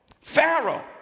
Pharaoh